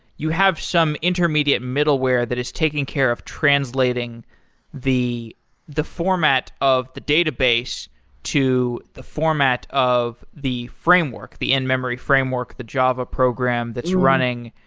you have some intermediate middleware that is taking care of translating the the format of the database to format of the framework, the end memory framework, the java program that's running.